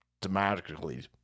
dramatically